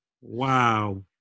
Wow